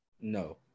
No